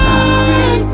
Sorry